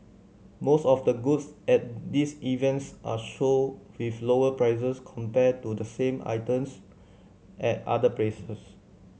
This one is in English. most of the goods at these events are sold with lower prices compared to the same items at other places